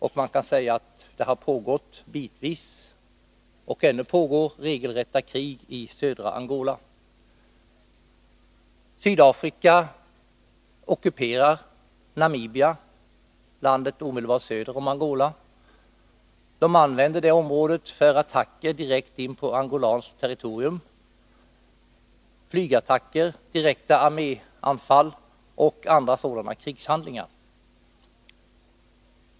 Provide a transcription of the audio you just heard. Det har bitvis pågått och pågår ännu regelrätta krig i södra Angola. Sydafrika ockuperar Namibia, landet omedelbart söder om Angola. Man använder detta område för attacker direkt in på angolanskt territorium. Det rör sig om flygattacker, direkta arméanfall och andra krigshandlingar.